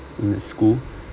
in the score